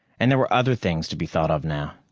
and there were other things to be thought of now.